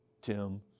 Tim